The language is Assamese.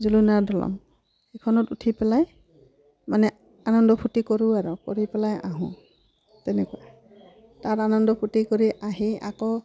ঝুলনাৰ দলং সেইখনত উঠি পেলাই মানে আনন্দ ফূৰ্তি কৰোঁ আৰু কৰি পেলাই আহোঁ তেনেকুৱা তাৰ আনন্দ ফূৰ্তি কৰি আহি আকৌ